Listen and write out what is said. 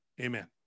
Amen